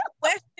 question